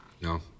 No